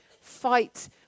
fight